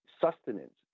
sustenance